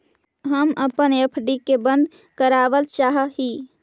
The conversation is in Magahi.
हम अपन एफ.डी के बंद करावल चाह ही